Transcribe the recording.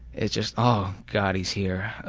it just oh god he's here.